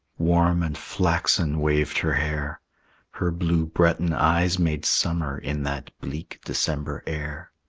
warm and flaxen waved her hair her blue breton eyes made summer in that bleak december air.